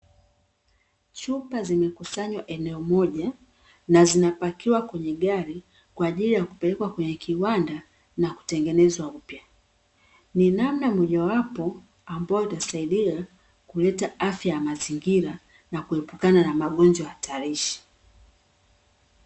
Chupa zimekusanywa eneo moja na zinapakiwa kwenye gari kwaajili ya kupelekwa kwenye kiwanda na kutegenezwa upya, ni namna moja wapo ambayo itasaidia kuleta afya ya mazingira na kuepukana na magonjwa hatarishi.